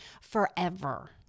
forever